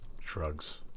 Shrugs